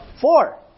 Four